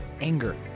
anger